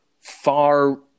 far